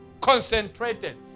concentrated